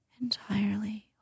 entirely